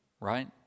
right